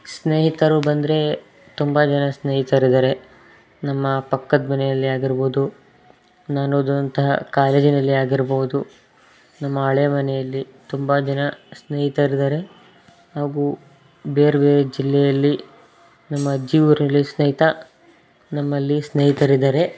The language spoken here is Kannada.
ಸ್ನೇಹಿತರು ಬಂದರೆ ತುಂಬ ಜನ ಸ್ನೇಹಿತರಿದ್ದಾರೆ ನಮ್ಮ ಪಕ್ಕದ ಮನೆಯಲ್ಲಿ ಆಗಿರ್ಬೋದು ನಾನು ಓದುವಂತಹ ಕಾಲೇಜಿನಲ್ಲಿ ಆಗಿರ್ಬೋದು ನಮ್ಮ ಹಳೇ ಮನೆಯಲ್ಲಿ ತುಂಬ ಜನ ಸ್ನೇಹಿತರಿದ್ದಾರೆ ಹಾಗೂ ಬೇರೆ ಬೇರೆ ಜಿಲ್ಲೆಯಲ್ಲಿ ನಮ್ಮ ಅಜ್ಜಿ ಊರಲ್ಲಿ ಸ್ನೇಹಿತ ನಮ್ಮಲ್ಲಿ ಸ್ನೇಹಿತರಿದ್ದಾರೆ